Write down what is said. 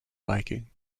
biking